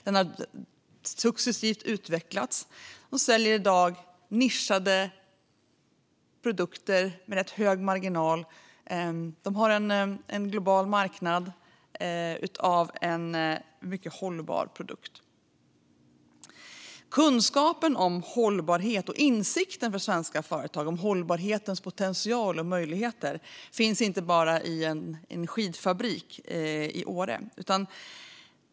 De har successivt utvecklats och säljer i dag nischade produkter med rätt hög marginal. De har en global marknad för en mycket hållbar produkt. Kunskapen om hållbarhet och insikten om hållbarhetens potential och möjligheter finns inte bara i en skidfabrik i Åre.